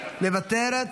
מוותרת,